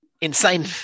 insane